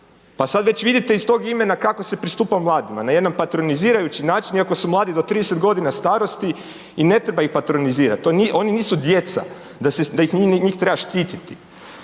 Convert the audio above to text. Pa sad već vidite iz tog imena kako se pristupa mladima, na jedan patronizirajući način, iako su mladi do 30 godina starosti i ne treba ih patronizirati, oni nisu djeca da se njih treba štititi.